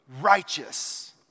righteous